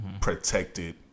protected